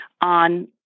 on